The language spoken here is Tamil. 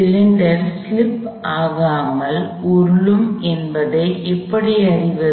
சிலிண்டர் ஸ்லிப் ஆகாமல் உருளும் என்பதை எப்படி அறிவது